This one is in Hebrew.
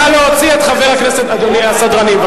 נא להוציא את חבר הכנסת, הסדרנים.